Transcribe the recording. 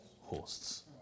hosts